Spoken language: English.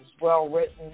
well-written